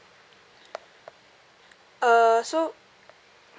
uh so